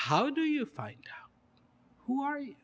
how do you find who are you